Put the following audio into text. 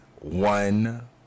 one